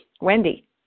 Wendy